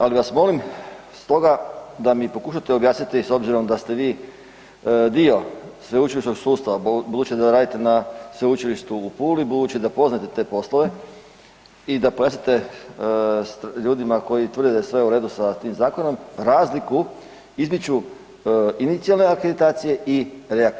Ali vas molim stoga da mi pokušate objasniti s obzirom da ste vi dio sveučilišnog sustava budući da radite na Sveučilištu u Puli, budući da poznajete te poslove i da pojasnite ljudima koji tvrde da je sve u redu sa tim zakonom razliku između inicijalne akreditacije i reakreditacije.